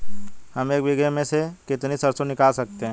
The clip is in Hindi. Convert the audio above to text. हम एक बीघे में से कितनी सरसों निकाल सकते हैं?